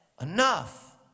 enough